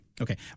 Okay